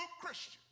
Christian